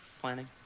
planning